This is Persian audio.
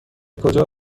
کجا